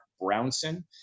Brownson